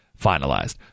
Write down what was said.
finalized